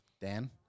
Dan